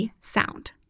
sound